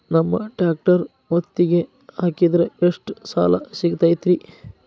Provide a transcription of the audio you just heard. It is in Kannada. ನಮ್ಮ ಟ್ರ್ಯಾಕ್ಟರ್ ಒತ್ತಿಗೆ ಹಾಕಿದ್ರ ಎಷ್ಟ ಸಾಲ ಸಿಗತೈತ್ರಿ?